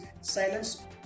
silence